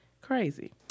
Crazy